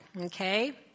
Okay